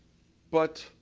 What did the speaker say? but,